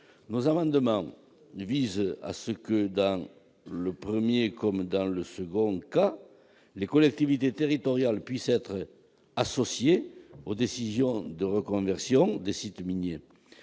Nos amendements visent à ce que, dans le premier comme dans le second cas, les collectivités territoriales puissent être associées aux décisions de reconversion des sites miniers.